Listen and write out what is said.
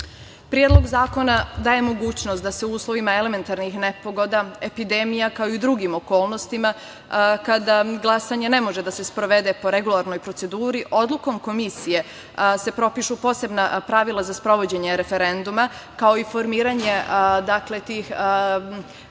zakona daje mogućnost da se u uslovima elementarnih nepogoda, epidemija, kao i u drugim okolnostima kada glasanje ne može da se sprovode po regularnoj proceduri, odlukom komisije se propišu posebna pravila za sprovođenje referenduma, kao i formiranje tih